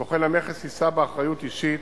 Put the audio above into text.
סוכן המכס יישא באחריות אישית